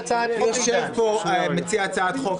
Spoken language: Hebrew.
יושב פה מציע הצעת החוק,